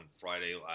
Friday